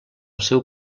seu